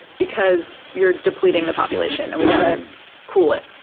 because you're depleting the population and we got to cool it.